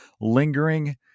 lingering